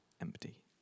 empty